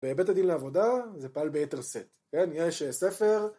בהיבט הדין לעבודה זה פעל ביתר סט כן יש ספר